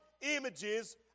images